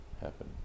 happen